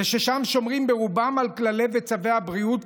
וששם שומרים ברובם על כללי וצווי הבריאות,